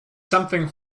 something